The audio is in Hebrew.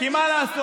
כי מה לעשות?